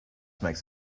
makes